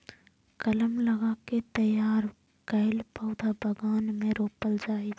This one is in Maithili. कलम लगा कें तैयार कैल पौधा बगान मे रोपल जाइ छै